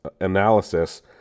Analysis